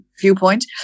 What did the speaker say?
viewpoint